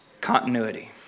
Continuity